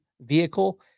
vehicle